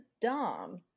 Dom